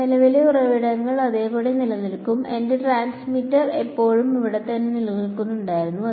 നിലവിലെ ഉറവിടങ്ങൾ അതേപടി നിലനിൽക്കും എന്റെ ട്രാൻസ്മിറ്റർ ഇപ്പോഴും അവിടെത്തന്നെ നിൽക്കുകയായിരുന്നിരിക്കാം